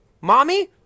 Mommy